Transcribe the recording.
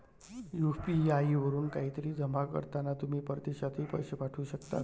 UPI वरून काहीतरी जमा करताना तुम्ही परदेशातही पैसे पाठवू शकता